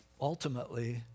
Ultimately